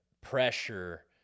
pressure